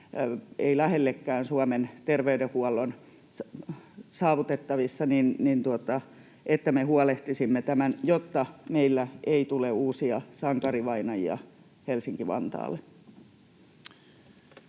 ei lähellekään Suomen terveydenhuollon saavutettavissa — jotta meillä ei tule uusia sankarivainajia Helsinki-Vantaalle?